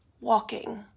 Walking